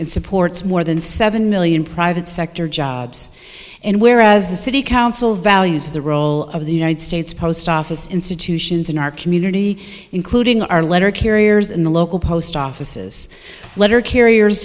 and supports more than seven million private sector jobs and where as the city council values the role of the united states post office institutions in our community including our letter carriers in the local post offices letter carriers